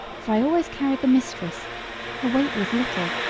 for i always carried the mistress her weight was little,